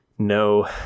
No